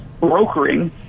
brokering